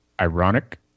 Ironic